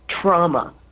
trauma